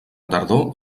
tardor